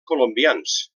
colombians